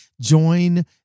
join